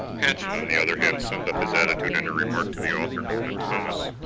patchen, on the other hand, summed up his attitude in a remark to the author norman thomas,